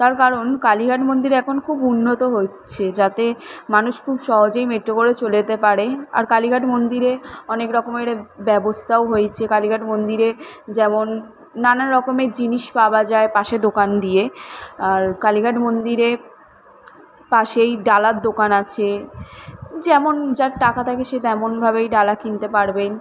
তার করণ কালীঘাট মন্দির এখন খুব উন্নত হচ্ছে যাতে মানুষ খুব সহজেই মেট্রো করে চলে যেতে পারে আর কালীঘাট মন্দিরে অনেক রকমের ব্যবস্থাও হয়েছে কালীঘাট মন্দিরে যেমন নানা রকমের জিনিস পাওয়া যায় পাশে দোকান দিয়ে আর কালীঘাট মন্দিরে পাশেই ডালার দোকান আছে যেমন যার টাকা থাকে সে তেমনভাবেই ডালা কিনতে পারবেন